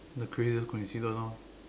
the crazy coincident loh